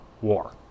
war